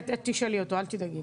את תשאלי אותו, אל תדאגי.